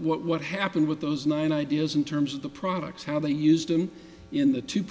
what what happened with those nine ideas in terms of the products how they used them in the t